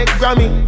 grammy